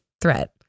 threat